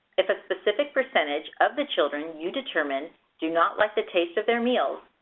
if a specific percentage of the children you determine do not like the taste of their meals,